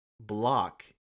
block